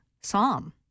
psalm